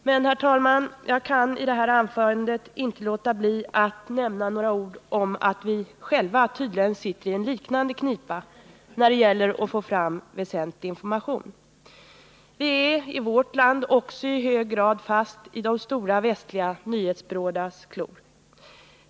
Men, herr talman, jag kan i detta anförande inte låta bli att nämna några ord om att vi själva tydligen sitter i en liknande knipa när det gäller att få fram väsentlig information. Vi är i vårt land också i hög grad fast i de stora västliga nyhetsbyråernas klor.